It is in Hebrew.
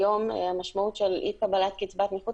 היום המשמעות של אי קבלת קצבת נכות,